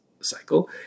cycle